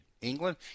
England